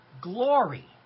Glory